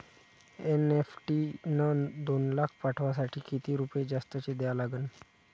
NEFT न दोन लाख पाठवासाठी किती रुपये जास्तचे द्या लागन?